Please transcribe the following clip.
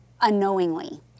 unknowingly